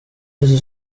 susu